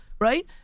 right